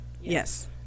Yes